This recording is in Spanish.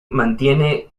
mantiene